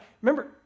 Remember